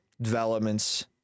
developments